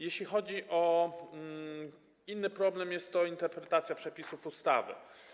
Jeśli chodzi o inny problem, to jest to interpretacja przepisów ustawy.